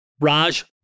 Raj